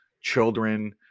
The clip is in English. children